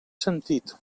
sentit